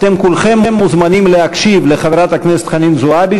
אתם כולכם מוזמנים להקשיב לחברת הכנסת חנין זועבי,